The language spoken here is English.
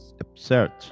absurd